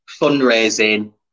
fundraising